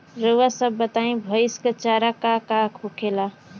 रउआ सभ बताई भईस क चारा का का होखेला?